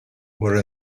were